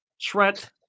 Trent